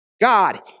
God